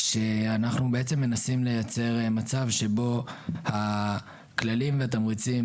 שאנחנו בעצם מנסים לייצר מצב שבו הכללים והתמריצים